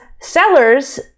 sellers